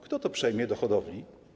Kto to przejmie do hodowli?